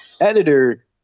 editor